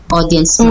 audience